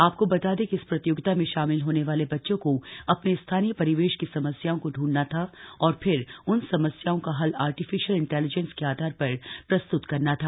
आपको बता दें कि इस प्रतियोगिता में शामिल होने वाले बच्चों को अपने स्थानीय परिवेश की समस्याओं को ढूंढना था और फिर उन समस्याओं का हल आर्टिफीशियल इंटेलिजेंस के आधार पर प्रस्तुत करना था